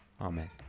amen